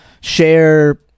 Share